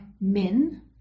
men